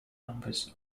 numbers